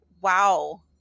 Wow